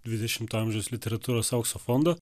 dvidešimto amžiaus literatūros aukso fondo